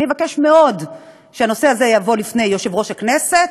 אני אבקש מאוד שהנושא הזה יובא לפני יושב-ראש הכנסת,